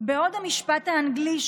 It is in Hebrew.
בעוד המשפט האנגלי,